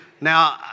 Now